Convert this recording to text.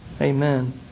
Amen